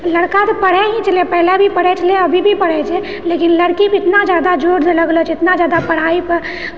लड़का तँ पढ़ेही छै पहले भी पढ़ै छलै अभी भी पढ़ै छै लेकिन लड़की पर इतना जादा जोर लगलो छै इतना जादा पढ़ाइ पर